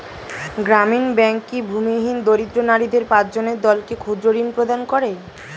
গ্রামীণ ব্যাংক কি ভূমিহীন দরিদ্র নারীদের পাঁচজনের দলকে ক্ষুদ্রঋণ প্রদান করে?